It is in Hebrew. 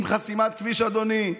על חסימת כביש, אדוני.